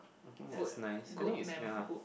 that's nice I think is ya